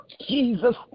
Jesus